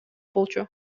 болчу